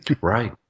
Right